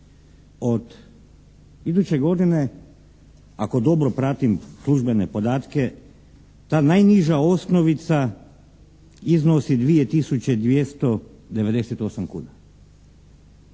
Od iduće godine, ako dobro pratim službene podatke ta najniža osnovica iznosi 2 tisuće